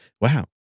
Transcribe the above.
Wow